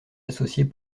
associés